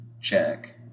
check